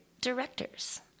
directors